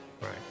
Right